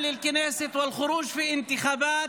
לפרק את הכנסת ולצאת לבחירות,